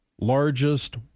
largest